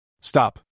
Stop